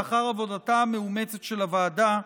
לאחר עבודתה המאומצת של הוועדה,